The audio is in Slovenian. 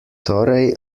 torej